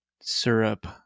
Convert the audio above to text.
syrup